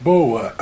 Boa